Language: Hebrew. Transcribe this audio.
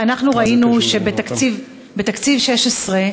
אנחנו ראינו שבתקציב 16',